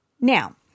Now